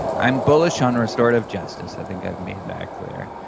i'm bullish on restorative justice, i think i've made that clear.